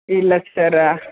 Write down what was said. ಇಲ್ಲ ಸರ್